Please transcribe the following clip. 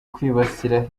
kwibasira